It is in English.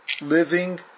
living